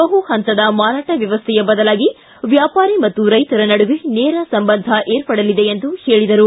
ಬಹುಪಂತದ ಮಾರಾಟ ವ್ಯವಸ್ಥೆಯ ಬದಲಾಗಿ ವ್ಯಾಪಾರಿ ಮತ್ತು ರೈತರ ನಡುವೆ ನೇರ ಸಂಬಂಧ ಏರ್ಪಡಲಿದೆ ಎಂದರು